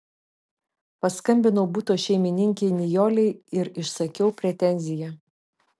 paskambinau buto šeimininkei nijolei ir išsakiau pretenziją